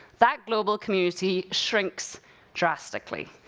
that global community shrinks drastically.